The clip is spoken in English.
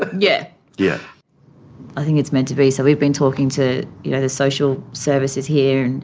but yeah yeah i think it's meant to be, so we've been talking to you know the social services here,